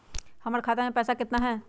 हमर खाता मे पैसा केतना है?